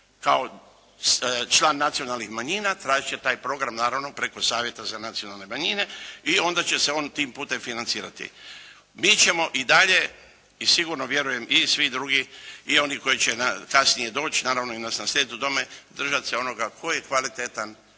kao član nacionalnih manjina, tražiti će taj program naravno preko Savjeta za nacionalne manjine i onda će se on tim putem financirati. Mi ćemo i dalje i sigurno vjerujem i svi drugi i oni koji će kasnije doći, naravno i naslijediti nas u tome, držat se onoga tko je kvalitetan,